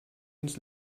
ins